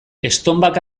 estonbak